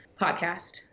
podcast